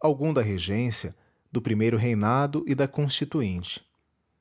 algum da regência do primeiro reinado e da constituinte